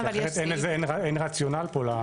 כי אחרת אין רציונל פה.